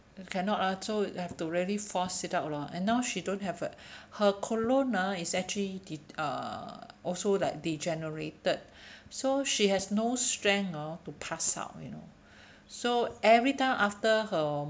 cannot lah so have to really force it out lor and now she don't have a her colon ah is actually de~ uh also like degenerated so she has no strength hor to pass out you know so every time after her